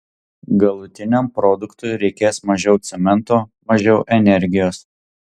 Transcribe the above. galutiniam produktui reikės mažiau cemento mažiau energijos